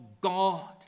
God